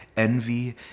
envy